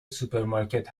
سوپرمارکت